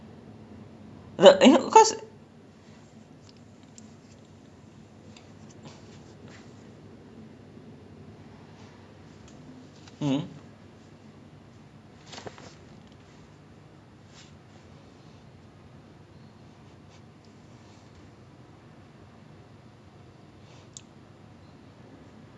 well I guess the entire like like personally I just I have never been to other neighbourhoods one but I feel in my experience in the west ah like the north west especially the most of the people here are really friendly like they are very like family type lah once you talk to them for awhile and then they talk back to you you guys feel really comfortable with each other you can just talk talk for hours and hours and you won't feel bored